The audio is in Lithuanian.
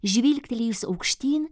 žvilgtelėjus aukštyn